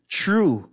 true